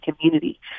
community